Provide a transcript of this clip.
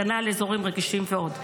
הגנה על אזורים רגישים ועוד.